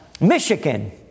Michigan